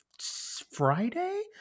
friday